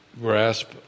grasp